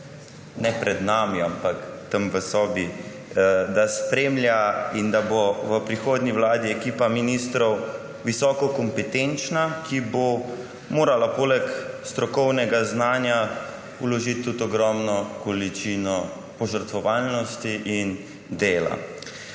ne pred nami, ampak tam v sobi, da spremlja in da bo v prihodnji vladi ekipa ministrov visoko kompetenčna, poleg strokovnega znanja bo morala vložiti tudi ogromno količino požrtvovalnosti in dela.